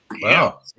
Wow